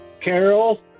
Carol